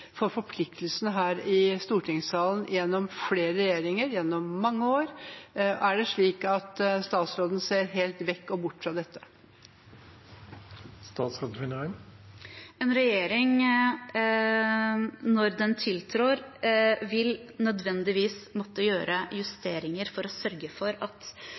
for forpliktelsene her i stortingssalen under flere regjeringer, gjennom mange år. Er det slik at statsråden ser helt bort fra dette? En regjering, når den tiltrer, vil nødvendigvis måtte gjøre justeringer for å sørge for at